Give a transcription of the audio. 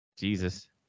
Jesus